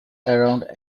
around